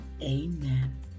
Amen